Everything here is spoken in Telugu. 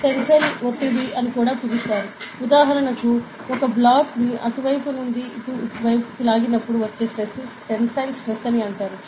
టెన్సిల్ ఒత్తిడి అని పిలుస్తారు ఉదాహరణకు ఒక బ్లాక్ ని అటు వైపు నుండి ఇటు వైపుకి లాగినప్పుడు వచ్చే స్ట్రెస్ ను టెన్సిల్ స్ట్రెస్ అని అంటారు